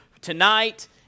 tonight